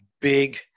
big